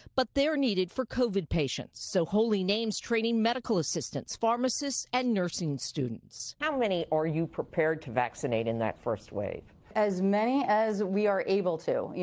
but they're needed for covid patients. so holy name's training medical assistants, pharmacists and nursing students. how many are you prepared to vaccinate in that first wave? as many as we are able to. you